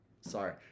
Sorry